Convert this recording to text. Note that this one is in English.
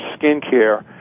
skincare